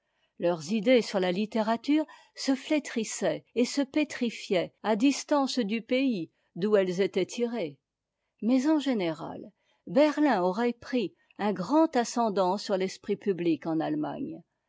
leurs idées sur a littérature se f étris saient et se pétrifiaient à distance du pays d'où elles étaient tirées mais en général berlin aurait pris un grand ascendant sur l'esprit public en a